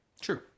True